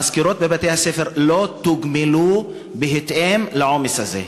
המזכירות בבתי-הספר לא תוגמלו בהתאם לעומס הזה.